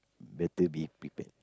better be prepared